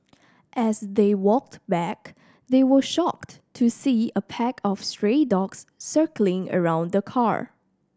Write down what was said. as they walked back they were shocked to see a pack of stray dogs circling around the car